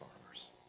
farmers